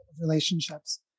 relationships